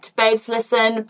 babeslisten